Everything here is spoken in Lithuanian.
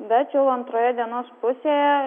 bet jau antroje dienos pusėje